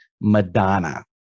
Madonna